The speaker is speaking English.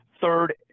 Third